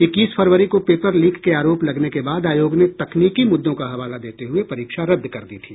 इक्कीस फरवरी को पेपर लीक के आरोप लगने के बाद आयोग ने तकनीकी मुद्दों का हवाला देते हुए परीक्षा रद्द कर दी थी